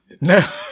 No